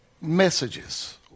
messages